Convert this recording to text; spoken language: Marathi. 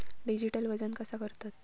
डिजिटल वजन कसा करतत?